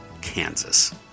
Kansas